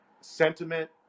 sentiment